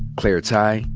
claire tighe,